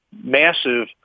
massive